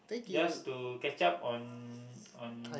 just to catch up on on